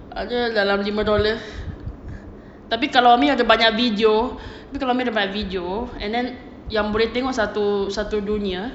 ada dalam lima dollar tapi kalau umi ada banyak video umi ada banyak video and then yang boleh tengok satu satu dunia